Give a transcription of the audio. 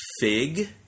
fig